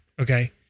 Okay